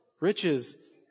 riches